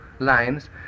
lines